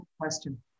question